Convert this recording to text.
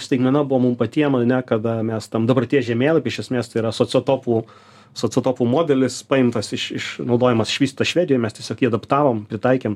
staigmena buvo mum patiem ane kada mes tam dabarties žemėlapy iš esmės tai yra sociotopų sociotopų modelis paimtas iš iš naudojamas išvystas švedijoj mes tiesiog jį adaptavom pritaikėm